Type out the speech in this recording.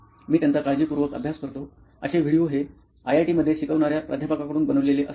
मी त्यांचा काळजीपूर्वक अभ्यास करतो असे व्हिडीओ हे आयआयटीमाध्ये शिकवणाऱ्या प्राध्यापकांकडून बनवलेले असतात